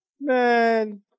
Man